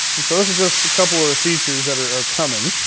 and so this is just a couple of the features that are are coming.